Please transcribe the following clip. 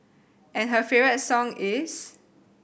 and her favourite song is